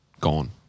gone